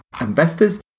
investors